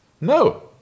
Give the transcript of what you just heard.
no